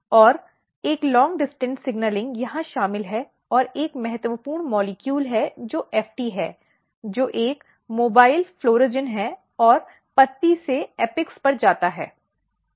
और एक लंबी दूरी की सिग्नलिंग यहां शामिल है और एक महत्वपूर्ण अणु है जो FT है जो एक मोबाइल फ्लोरीजेन है और पत्ती से शीर्ष पर जाता है